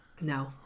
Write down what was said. No